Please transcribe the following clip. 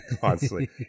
constantly